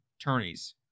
Attorneys